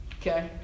Okay